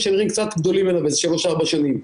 שנראים קצת גדולים ממנה באיזה שלוש-ארבע שנים.